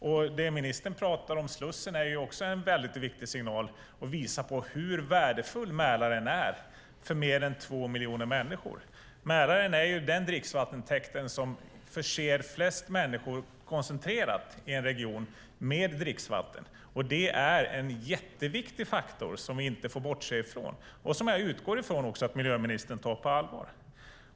Det som ministern säger om Slussen är också en mycket viktigt signal för att visa hur värdefull Mälaren är för mer än två miljoner människor. Mälaren är den dricksvattentäkt som koncentrerat förser flest människor i en region med dricksvatten. Det är en mycket viktig faktor som vi inte får bortse från, och som jag också utgår från att miljöministern tar på allvar.